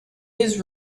his